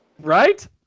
Right